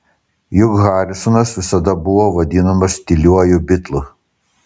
juk harrisonas visada buvo vadinamas tyliuoju bitlu